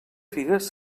figues